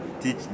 teach